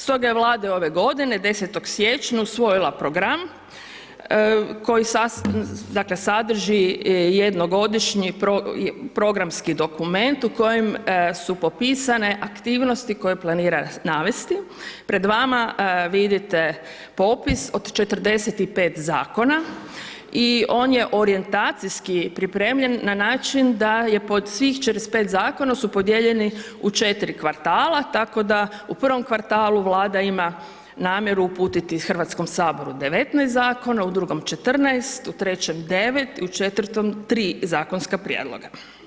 Stoga je Vlada ove godine 10. siječnja usvojila program koji sadrži jednogodišnji programski dokument u kojem su popisane aktivnosti koje planira navesti, pred vama vidite popis od 45 zakona i on je orijentacijski pripremljen na način da je pod svih 45 zakona su podijeljeni u 4 kvartala tako da u prvom kvartalu Vlada ima namjeru uputiti Hrvatskom saboru 19 zakona, u drugom 14, u trećem 9 i u četvrtom 3 zakonska prijedloga.